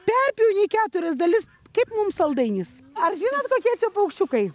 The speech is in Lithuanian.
perpjauni į keturias dalis kaip mum saldainis ar žinot kokie čia paukščiukai